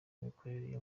imikorere